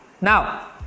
now